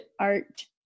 art